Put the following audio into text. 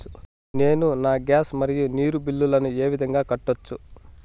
నేను నా గ్యాస్, మరియు నీరు బిల్లులను ఏ విధంగా కట్టొచ్చు?